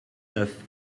neuf